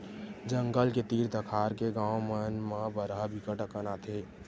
जंगल के तीर तखार के गाँव मन म बरहा बिकट अकन आथे